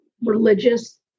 religious